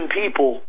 people